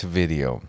video